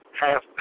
half